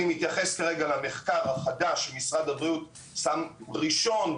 אני מתייחס כרגע למחקר החדש שמשרד הבריאות שם ראשון,